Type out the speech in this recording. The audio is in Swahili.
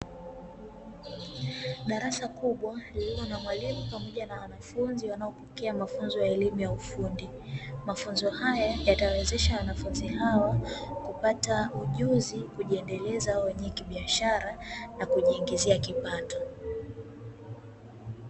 Darasa kubwa lililo na mwalimu pamoja na wanafunzi wanaopokea mafunzo ya elimu ya ufundi, mafunzo haya yatawawezesha wanafunzi hao kupata ujuzi kujiendeleza wao wenyewe kibiashara na kujiingizia kipato.